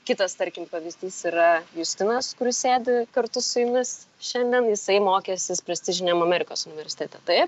kitas tarkim pavyzdys yra justinas kuris sėdi kartu su jumis šiandien jisai mokęsis prestižiniam amerikos universitete taip